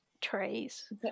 trays